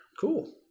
Cool